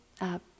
up